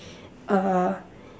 uh